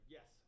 Yes